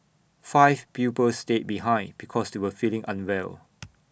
five pupils stayed behind because they were feeling unwell